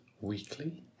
Weekly